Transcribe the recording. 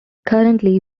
currently